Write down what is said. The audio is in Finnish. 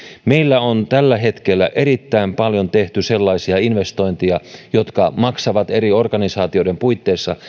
meillä on tällä hetkellä nimenomaan tietohallinnon osalta erittäin paljon tehty sellaisia investointeja jotka maksavat eri organisaatioiden puitteissa